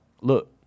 look